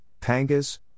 pangas